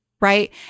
right